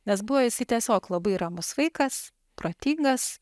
nes buvo jisai tiesiog labai ramus vaikas protingas